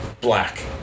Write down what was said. black